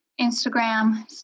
Instagram